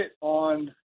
on